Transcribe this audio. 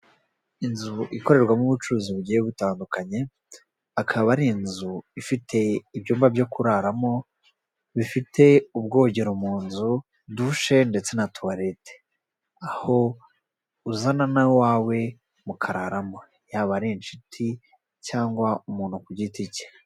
Inzu ikorerwamo ubucuruzi bugiye butandukanye, akaba ari inzu ifite ibyumba byo kuraramo, bifite ubwogero mu nzu, dushe ndetse na tuwarete. Aho uzana n'uwawe mukararamo yaba ari inshuti cyangwa umuntu ku giti cye.